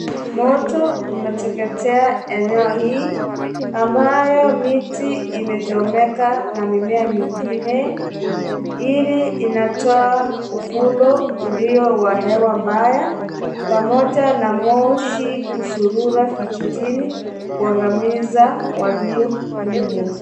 Moto umeteketea eneo hii ambayo miti imechomeka na mimea mingine. Hili inatoa ufundo ulio wa hewa mbaya pamoja na moshi kusurura vijijini kuangamiza walio humu,